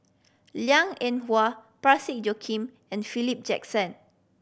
Liang Eng Hwa Parsick Joaquim and Philip Jackson